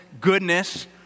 goodness